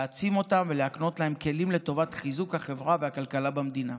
להעצים אותם ולהקנות להם כלים לטובת חיזוק החברה והכלכלה במדינה.